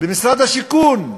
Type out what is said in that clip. במשרד השיכון,